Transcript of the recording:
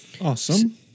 Awesome